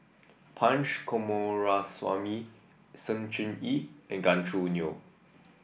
Punch Coomaraswamy Sng Choon Yee and Gan Choo Neo